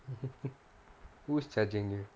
who's judging you